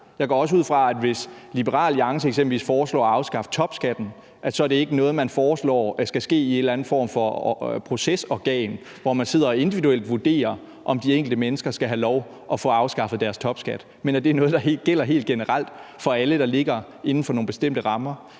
Jeg går også ud fra, at hvis Liberal Alliance eksempelvis foreslår at afskaffe topskatten, så er det ikke noget, man foreslår skal ske i en eller anden form for procesorgan, hvor man sidder og individuelt vurderer, om de enkelte mennesker skal have lov at få afskaffet deres topskat, men at det er noget, der gælder helt generelt for alle, der ligger inden for nogle bestemte rammer,